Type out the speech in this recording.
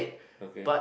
okay